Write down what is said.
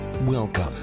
welcome